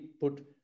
put